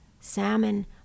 salmon